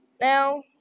Now